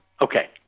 okay